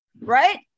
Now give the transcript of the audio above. right